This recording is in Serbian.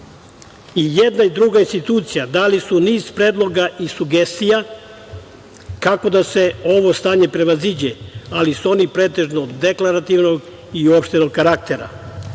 jedna i druga institucija dali su niz predloga i sugestija kako da se ovo stanje prevaziđe, ali su oni pretežno deklarativnog i uopštenog karaktera.